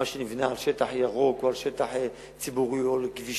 מה שנבנה בשטח ירוק או על שטח ציבורי או על כבישים,